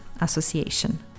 Association